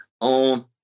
on